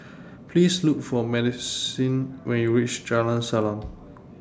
Please Look For Madisyn when YOU REACH Jalan Salang